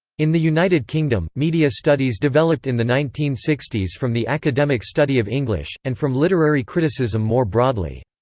in the united kingdom, media studies developed in the nineteen sixty s from the academic study of english, and from literary criticism more broadly.